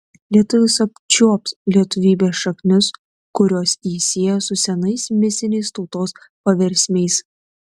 lietuvis apčiuops lietuvybės šaknis kurios jį sieja su senais mistiniais tautos paversmiais